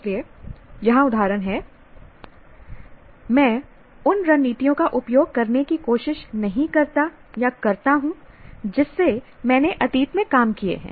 इसलिए यहां उदाहरण हैं मैं उन रणनीतियों का उपयोग करने की कोशिश नहीं करता करता हूं जिससे मैंने अतीत में काम किए हैं